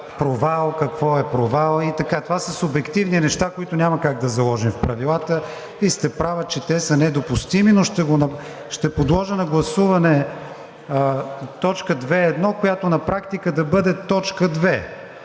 „провал“ – какво е провал? Това са субективни неща, които няма как да заложим в правилата. Вие сте права, че те са недопустими, но ще подложа на гласуване т. 2.1., която на практика да бъде т. 2.